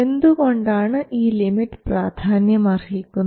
എന്തുകൊണ്ടാണ് ഈ ലിമിറ്റ് പ്രാധാന്യമർഹിക്കുന്നത്